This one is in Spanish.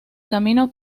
camino